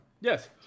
Yes